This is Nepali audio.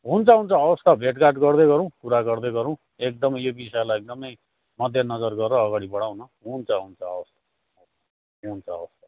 हुन्छ हुन्छ हवस् त भेटघाट गर्दै गरौँ कुरा गर्दै गरौँ एकदमै यो विषयलाई एकदमै मध्येनजर गरेर अगाडि बढाउन हुन्छ हुन्छ हवस् हुन्छ हवस् त